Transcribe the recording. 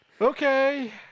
Okay